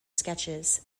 sketches